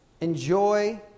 Enjoy